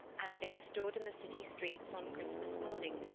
and they stood in the city streets on christmas morning,